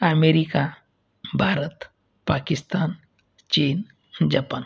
America Bharat Pakistan चीन Japan